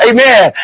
Amen